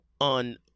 on